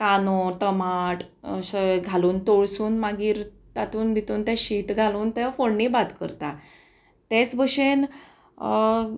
कांदो टमाट अशे घालून तळसून मागीर तातूंत भितर तें शीत घालून तें फोडणी भात करता तेच भशेन